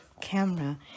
camera